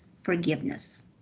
forgiveness